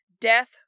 Death